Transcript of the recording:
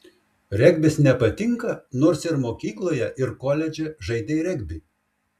regbis nepatinka nors ir mokykloje ir koledže žaidei regbį